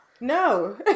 No